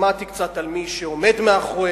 שמעתי קצת על מי שעומד מאחוריהן,